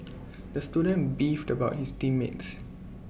the student beefed about his team mates